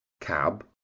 cab